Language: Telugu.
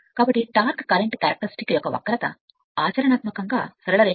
కాబట్టి టార్క్ కరెంట్ క్యారెక్టర్ యొక్క వక్రత ఆచరణాత్మకంగా సరళ రేఖ